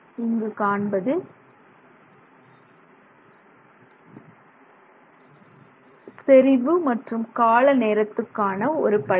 இங்கு காண்பது செறிவு மற்றும் கால நேரத்துக்கான படம்